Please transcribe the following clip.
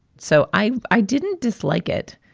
so i i didn't dislike it,